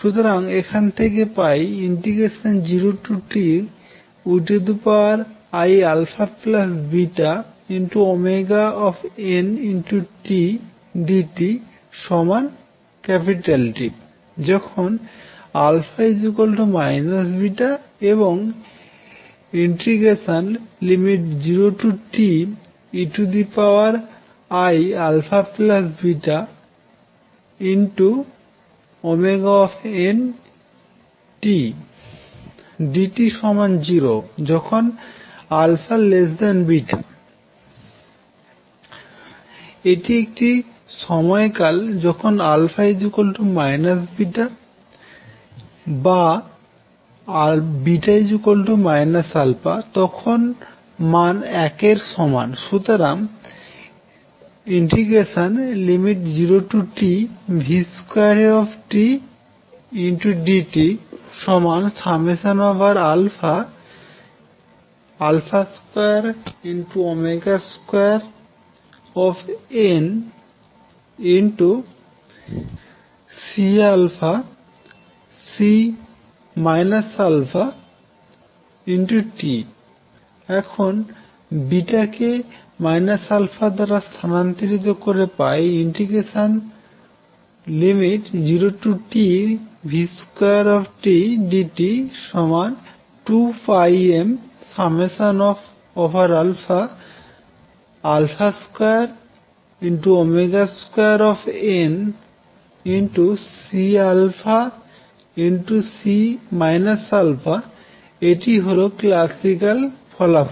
সুতরাং এখান থেকে পাই 0TeiαβntdtT যখন α β এবং 0Teiαβntdt0 যখন α β এটি একটি সময়কাল যখন α β বা β α তখন মান 1 এর সমান সুতরাং 0Tv2tdt 22CC αT এখন কে αদ্বারা স্থানান্তরিত করে পাই 0Tv2tdt2πm22CC α এটিই হলো ক্লাসিক্যাল ফলাফল